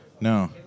No